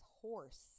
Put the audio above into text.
horse